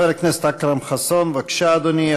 חבר הכנסת אכרם חסון, בבקשה, אדוני.